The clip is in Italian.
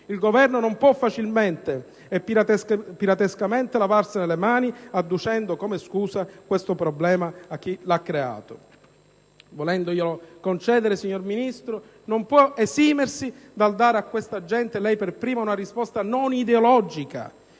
Il Governo non può facilmente e pilatescamente lavarsene le mani addossando come scusa questo problema a chi l'ha creato. Volendoglielo concedere, il ministro Gelmini non può esimersi dal dare a questa gente, lei per prima, una risposta non ideologica: